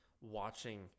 watching